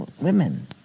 Women